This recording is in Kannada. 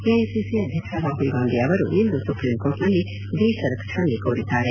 ಎಐಸಿಸಿ ಅಧ್ಯಕ್ಷ ರಾಹುಲ್ ಗಾಂಧಿ ಅವರು ಇಂದು ಸುಪ್ರಿಂಕೋರ್ಟ್ನಲ್ಲಿ ಬೇಷರತ್ ಕ್ಷಮೆ ಕೋರಿದ್ದಾರೆ